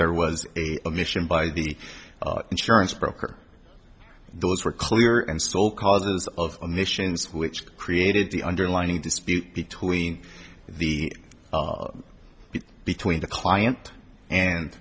there was a mission by the insurance broker those were clear and sole causes of missions which created the underlining dispute between the between the client and